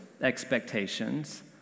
expectations